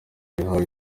yahawe